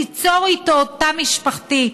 ליצור איתו תא משפחתי,